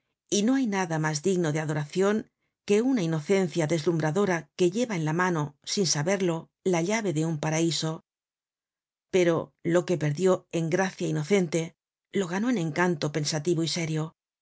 y no hay nada mas digno de adoracion que una inocencia deslumbradora que lleva en la mano sin saberlo la llave de un paraiso pero lo que perdió en gracia inocente lo ganó en encanto pensativo y serio